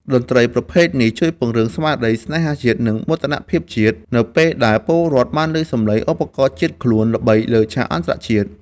តន្ត្រីប្រភេទនេះជួយពង្រឹងស្មារតីស្នេហាជាតិ និងមោទនភាពជាតិ នៅពេលដែលពលរដ្ឋបានឮសំឡេងឧបករណ៍ជាតិខ្លួនល្បីលើឆាកអន្តរជាតិ។